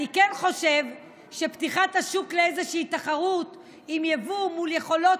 אני כן חושב שפתיחת השוק לאיזושהי תחרות עם יבוא מול יכולות,